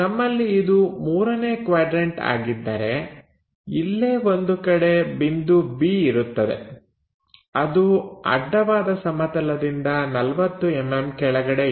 ನಮ್ಮಲ್ಲಿ ಇದು ಮೂರನೇ ಕ್ವಾಡ್ರನ್ಟ ಆಗಿದ್ದರೆ ಇಲ್ಲೇ ಒಂದು ಕಡೆ ಬಿಂದು B ಇರುತ್ತದೆ ಅದು ಅಡ್ಡವಾದ ಸಮತಲದಿಂದ 40mm ಕೆಳಗಡೆ ಇದೆ